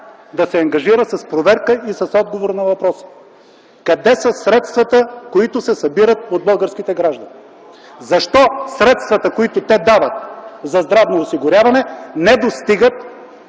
да се ангажира с проверка и с отговор на въпроса: къде са средствата, които се събират от българските граждани? Защо средствата, които те дават за здравно осигуряване, не достигат